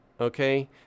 Okay